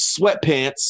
sweatpants